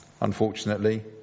unfortunately